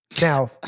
Now